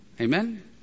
Amen